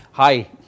Hi